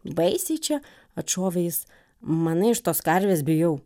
baisiai čia atšovė jis manai aš tos karvės bijau